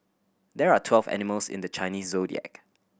there are twelve animals in the Chinese Zodiac